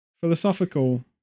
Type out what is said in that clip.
philosophical